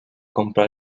comprar